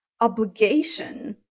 obligation